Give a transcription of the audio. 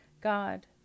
God